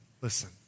Listen